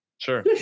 Sure